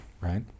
Right